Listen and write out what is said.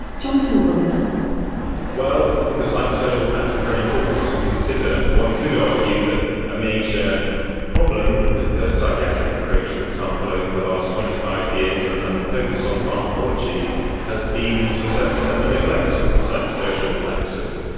jonathan roiser well, i think the psychosocial factors are very important to consider. one could argue that a major problem with the psychiatric approach, for example, over the last twenty five years and and the focus on pharmacology has been to a certain extent the neglect of psychosocial factors.